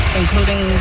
including